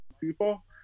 people